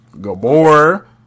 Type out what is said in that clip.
Gabor